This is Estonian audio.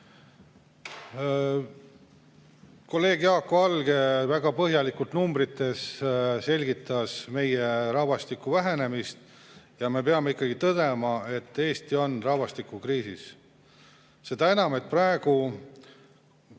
Kolleeg Jaak Valge väga põhjalikult numbrites selgitas meie rahvastiku vähenemist ja me peame ikkagi tõdema, et Eesti on rahvastikukriisis. Seda enam, et praegu